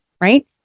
right